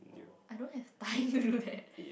I don't have